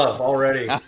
already